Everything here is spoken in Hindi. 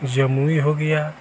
जमुई हो गया